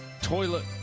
toilet